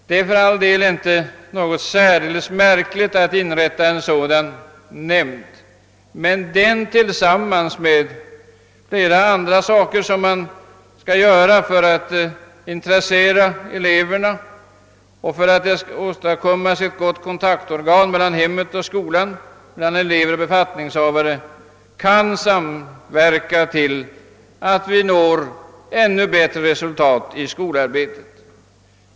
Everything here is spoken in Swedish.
Det är för all del kanske inte så särskilt märkvärdigt att en dylik nämnd inrättas, men den kan — tillsammans med ett flertal andra åtgärder som vidtas för att intressera eleverna — åstadkomma en god kontakt mellan hem och skola, mellan elever och befattningshavare, och bidra till att vi når ännu bättre resultat i skolarbetet.